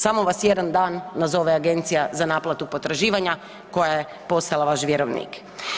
Samo vas jedan dan nazove agencija za naplatu potraživanja koja je postala vaš vjerovnik.